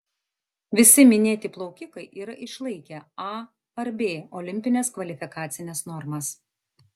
visi minėti plaukikai yra išlaikę a ar b olimpines kvalifikacines normas